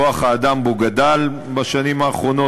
כוח-האדם בו גדל בשנים האחרונות,